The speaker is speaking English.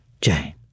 Jane